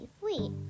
Wait